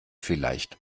vielleicht